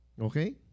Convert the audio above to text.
Okay